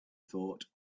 thought